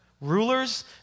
rulers